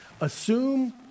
Assume